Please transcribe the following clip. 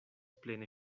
plene